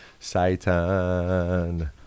Satan